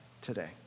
today